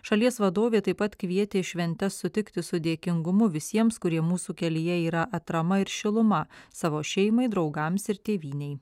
šalies vadovė taip pat kvietė šventes sutikti su dėkingumu visiems kurie mūsų kelyje yra atrama ir šiluma savo šeimai draugams ir tėvynei